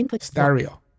Stereo